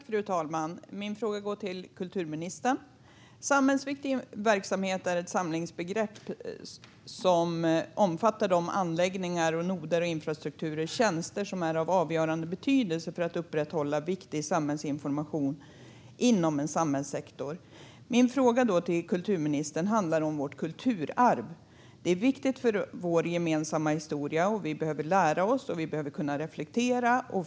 Fru talman! Min fråga går till kulturministern. Samhällsviktig verksamhet är ett samlingsbegrepp som omfattar anläggningar, noder, infrastruktur och tjänster som är av avgörande betydelse för att upprätthålla viktig samhällsinformation inom en samhällssektor. Min fråga till kulturministern handlar om vårt kulturarv. Det är viktigt för vår gemensamma historia. Vi behöver lära oss och kunna reflektera.